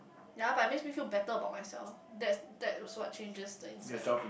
ya but it makes me feel better about myself that is that is what changes the inside lah